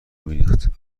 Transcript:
میریخت